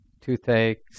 toothaches